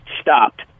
stopped